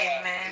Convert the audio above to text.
Amen